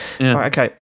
Okay